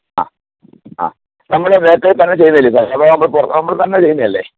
അ അ നമ്മൾ നേരത്തെ തന്നെ ചെയ്ത് തരില്ലെ സാറെ അതോ നമ്മൾ ഇപ്പോൾ നമ്മൾ തന്നെ ചെയ്യുന്ന അല്ലെ